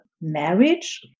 marriage